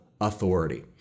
authority